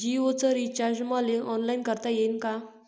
जीओच रिचार्ज मले ऑनलाईन करता येईन का?